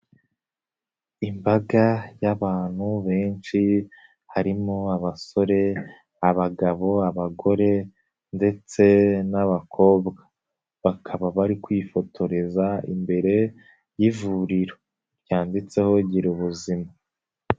Imbaga y'abantu benshi harimo abasore, abagabo, abagore ndetse n'abakobwa, bakaba bari kwifotoreza, imbere y'ivuriro ryanditseho Gira ubuzima.